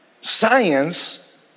Science